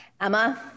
Emma